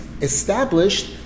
established